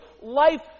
life